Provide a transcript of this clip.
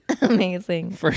Amazing